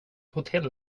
hotell